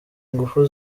ingufu